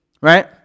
Right